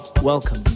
Welcome